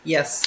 Yes